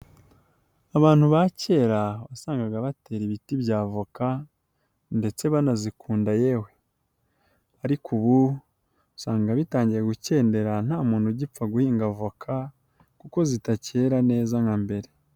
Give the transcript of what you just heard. Abantu ba kera wasangaga batera ibiti bya voka ndetse banazikunda yewe ariko ubu usanga bitangiye gukendera nta muntu ugipfa guhinga voka kuko zitacyera neza nka mbere.